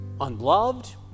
unloved